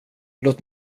låt